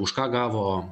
už ką gavo